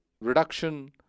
reduction